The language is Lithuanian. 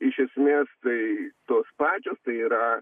iš esmės tai tos pačios tai yra